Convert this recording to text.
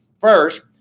First